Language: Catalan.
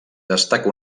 destaca